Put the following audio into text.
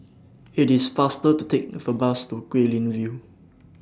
IT IS faster to Take For Bus to Guilin View